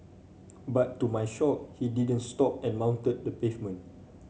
but to my shock he didn't stop and mounted the pavement